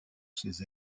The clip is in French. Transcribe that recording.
ces